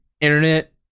internet